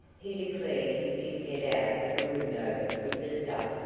he declared he did get out of a window with the stuff,